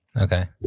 okay